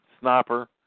Sniper